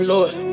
Lord